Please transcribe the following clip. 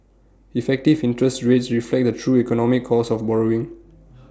effective interest rates reflect the true economic cost of borrowing